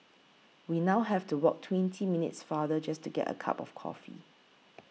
we now have to walk twenty minutes farther just to get a cup of coffee